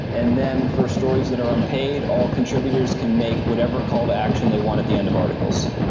and then for stories that are unpaid, all contributors can make whatever called action they want at the end of articles.